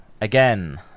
again